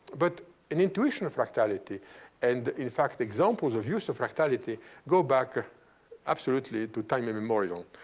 but an intuition of fractality and, in fact, examples of use of fractality go back ah absolutely to time immemorial.